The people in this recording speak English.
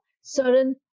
certain